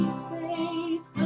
space